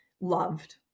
loved